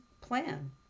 plan